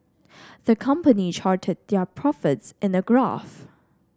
the company charted their profits in a graph